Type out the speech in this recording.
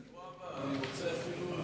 חבר הכנסת והבה, אני רוצה אפילו להוסיף.